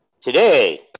Today